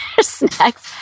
snacks